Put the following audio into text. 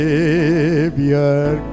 Savior